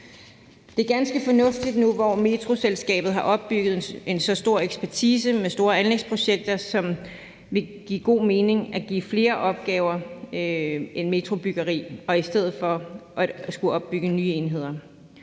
Det er ganske fornuftigt nu, hvor Metroselskabet har opbygget en så stor ekspertise med store anlægsprojekter, og som det vil give god mening at give flere opgaver end metrobyggeri, i stedet for at skulle opbygge nye enheder.